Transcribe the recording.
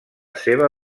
seva